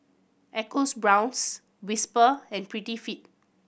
Whisper and Prettyfit